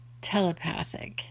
telepathic